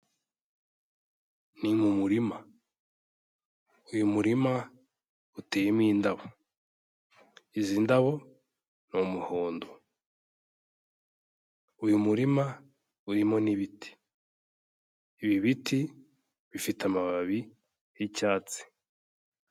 Ni mu murima. Uyu muririma uteyerimo indabo, izi ndabo ni umuhondo. Uyu murima urimo ibiti, ibi biti bifite amababi y'icyatsi.